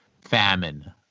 famine